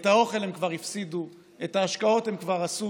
את האוכל הן כבר הפסידו, את ההשקעות הן כבר עשו,